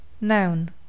Noun